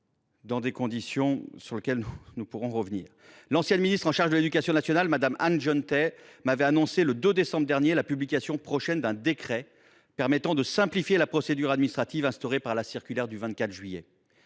dans des conditions sur lesquelles nous pourrons revenir. L’ancienne ministre de l’éducation nationale, Mme Anne Genetet, a annoncé le 2 décembre dernier la publication prochaine d’un décret visant à simplifier la procédure administrative instaurée par la note de service du 24 juillet.